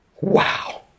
wow